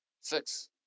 Six